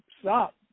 Stop